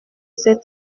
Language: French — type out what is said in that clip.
ces